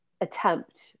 attempt